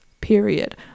Period